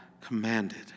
commanded